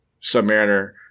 Submariner